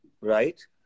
right